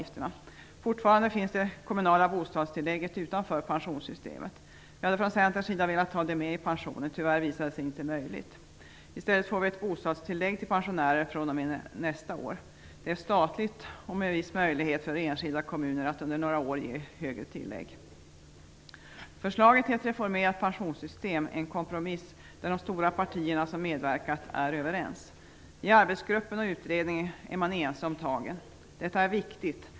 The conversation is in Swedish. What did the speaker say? Fortfarande finns det kommunala bostadstillägget utanför pensionssystemet. Vi hade från Centerns sida velat ha det med i pensionen. Tyvärr visade det sig inte möjligt. I stället får vi ett bostadstillägg till pensionärer fr.o.m. nästa år. Det är statligt och med viss möjlighet för enskilda kommuner att under några år ge högre tillägg. Förslaget till ett reformerat pensionssystem är en kompromiss där de stora partierna som medverkat är överens. I arbetsgruppen och utredningen är man ense om tagen. Detta är viktigt.